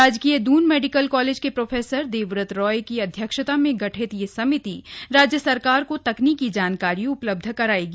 राजकीय Doon medical college के professor Devrat Roy की अध्यक्षता में गठित यह समिति राज्य सरकार को तकनीकी जानकारी उपलब्ध करायेगी